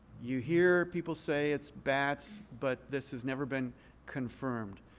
you hear people say it's bats. but this has never been confirmed.